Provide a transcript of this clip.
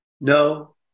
no